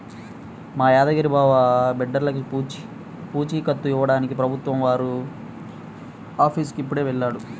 మా యాదగిరి బావ బిడ్డర్లకి పూచీకత్తు ఇవ్వడానికి ప్రభుత్వం వారి ఆఫీసుకి ఇప్పుడే వెళ్ళాడు